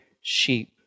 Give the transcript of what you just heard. sheep